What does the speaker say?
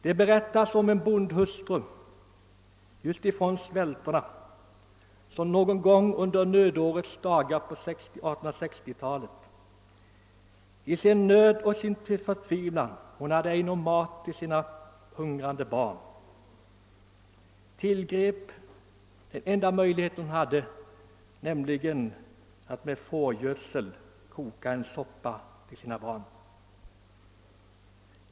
Det berättas att en bondhustru från Svältorna någon gång under nödåren på 1860-talet i sin stora förtvivlan — hon hade ej någon mat till sina hungriga barn — tillgrep möjligheten att av fårgödsel koka en soppa till sina barn.